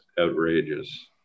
outrageous